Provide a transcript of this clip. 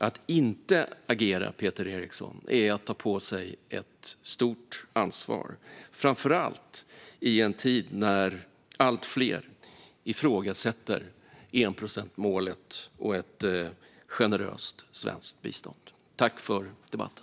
Att inte agera, Peter Eriksson, är att ta på sig ett stort ansvar, framför allt i en tid när allt fler ifrågasätter enprocentsmålet och ett generöst svenskt bistånd. Tack för debatten!